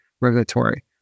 regulatory